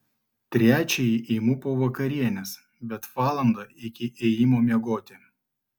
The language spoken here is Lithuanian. trečiąjį imu po vakarienės bet valandą iki ėjimo miegoti